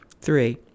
three